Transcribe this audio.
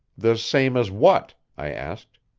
the same as what? i asked.